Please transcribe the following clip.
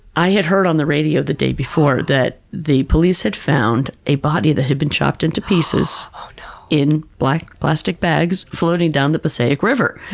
i had heard on the radio the day before that the police had found a body that had been chopped into pieces in black plastic bags, bags, floating down the passaic river.